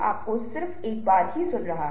हमारे पास एनिमेशन बनाने की क्षमता है